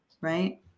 Right